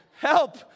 Help